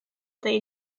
they